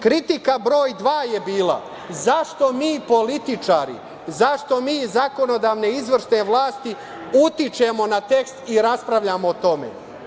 Kritika broj dva je bila - zašto mi, političari, zašto mi iz zakonodavne i izvršne vlasti utičemo na tekst i raspravljamo o tome?